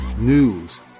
news